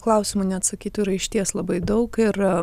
klausimų neatsakytų yra išties labai daug ir